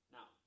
Now